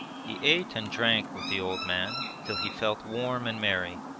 he ate and drank with the old man till he felt warm and merry.